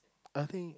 I think